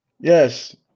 yes